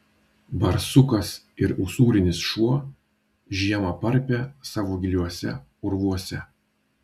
barsukas ir usūrinis šuo žiemą parpia savo giliuose urvuose